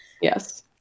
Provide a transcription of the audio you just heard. yes